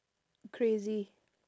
crazy